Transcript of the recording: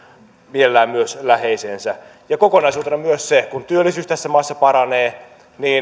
mielellään myös läheisensä jolloin kokonaisuutena myös kun työllisyys tässä maassa paranee